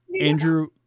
Andrew